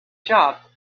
job